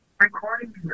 recording